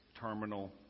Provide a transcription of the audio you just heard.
terminal